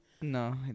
No